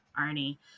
Arnie